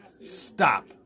Stop